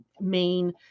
main